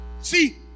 See